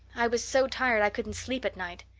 i was so tired i couldn't sleep at night.